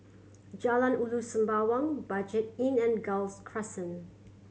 Jalan Ulu Sembawang Budget Inn and Gul Crescent